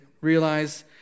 Realize